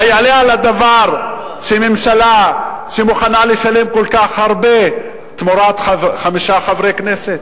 היעלה על הדעת שממשלה מוכנה לשלם כל כך הרבה תמורת חמישה חברי כנסת?